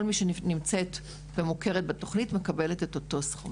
כל מי שנמצאת ומוכרת בתוכנית מקבלת את אותו סכום.